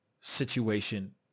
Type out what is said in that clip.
situation